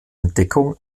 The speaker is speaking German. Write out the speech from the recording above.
entdeckung